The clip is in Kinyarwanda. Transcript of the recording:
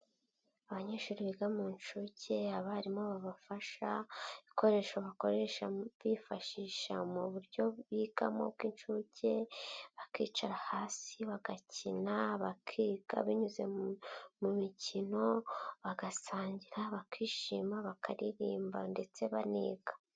Abanyeshuri biga mu nshuke, abarimu babafasha, ibikoresho bakoresha bifashisha mu buryo bigamo bw'inshuke, bakicara hasi bagakina, bakiga binyuze mu mikino, bagasangira, bakishima bakaririmba ndetse baniga.